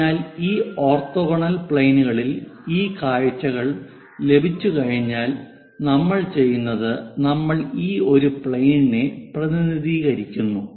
അതിനാൽ ഈ ഓർത്തോഗണൽ പ്ലെയിനുകളിൽ ഈ കാഴ്ചകൾ ലഭിച്ചുകഴിഞ്ഞാൽ നമ്മൾ ചെയ്യുന്നത് നമ്മൾ ഈ ഒരു പ്ലെയിനിനെ പ്രതിനിധീകരിക്കുന്നു